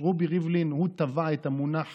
רובי ריבלין, הוא שטבע את המונח